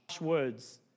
words